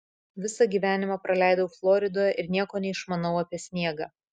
visą gyvenimą praleidau floridoje ir nieko neišmanau apie sniegą